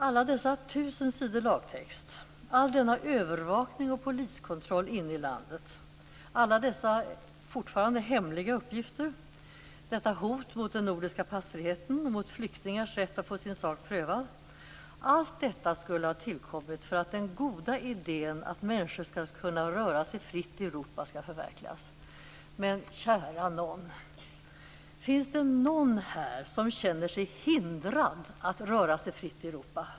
Alla dessa tusen sidor lagtext, all denna övervakning och poliskontroll inne i landet, alla dessa fortfarande hemliga uppgifter, detta hot mot den nordiska passfriheten och mot flyktingars rätt att få sin sak prövad - allt detta skulle ha tillkommit för att den goda idén att människor skall kunna röra sig fritt i Europa skall förverkligas. Men kära nån! Finns det någon här som känner sig hindrad att röra sig fritt i Europa?